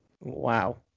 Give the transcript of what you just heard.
wow